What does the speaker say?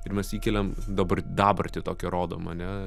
ir mes įkeliam dabar dabartį tokią rodom ane